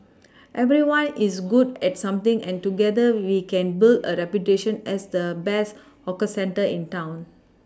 everyone is good at something and together we can build a reputation as the best 'hawker centre' in town